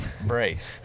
brace